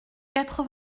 quatre